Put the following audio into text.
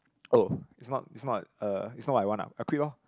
oh it's not it's not uh it's not what I want ah I quit loh